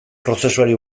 prozesuari